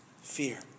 Fear